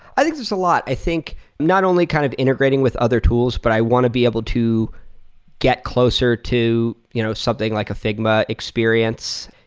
i think there's a lot. i think not only kind of integrating with other tools, but i want to be able to get closer to you know something like a figma experience.